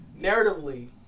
narratively